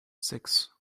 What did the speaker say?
six